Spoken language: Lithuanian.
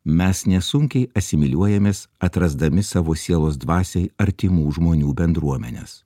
mes nesunkiai asimiliuojamės atrasdami savo sielos dvasiai artimų žmonių bendruomenes